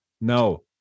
No